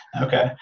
okay